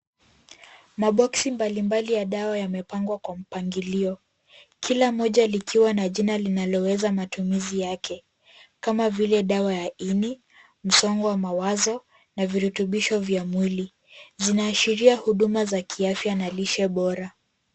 Maboksi mbalimbali ya dawa yamepangwa kwa mpangilio, kila mmoja likiwa na jina linaloeleza matumizi yake, kama vile dawa ya ini, msongo ya wazo na virutubisho vya mwili. Zinaashiria huduma za kiafya na lishe bora.